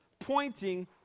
pointing